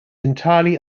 entirely